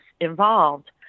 involved